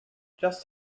just